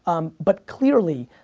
um but clearly,